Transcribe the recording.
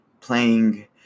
playing